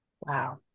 wow